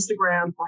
Instagram